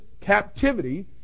captivity